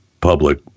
public